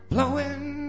Blowing